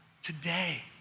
Today